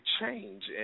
change